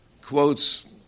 quotes